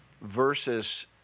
versus